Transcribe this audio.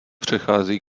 přichází